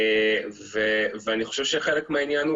ואני חושב שחלק מהעניין,